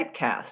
typecast